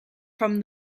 from